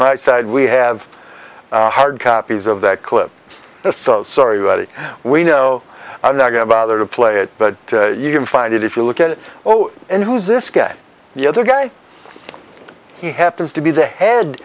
my side we have hard copies of that clip so sorry about it we know i'm not going to bother to play it but you can find it if you look at it oh and who's this guy the other guy he happens to be the head